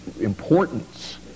importance